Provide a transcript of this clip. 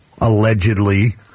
allegedly